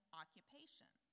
occupation